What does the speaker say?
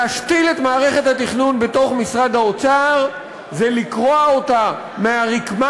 להשתיל את מערכת התכנון בתוך משרד האוצר זה לקרוע אותה מהרקמה